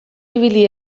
ibili